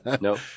no